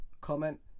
comment